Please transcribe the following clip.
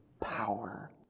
power